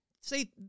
say